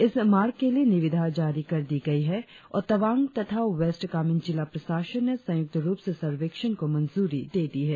इस मार्ग के लिए निविदा जारी कर दी गई है और तवांग तथा वेस्ट कामेंग जिला प्रशासन ने संयुक्त रुप से सर्वेक्षण को मंजूरी दे दी है